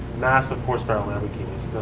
massive horsepower lamborghinis.